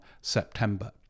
September